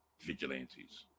vigilantes